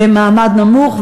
למעמד נמוך,